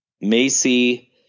Macy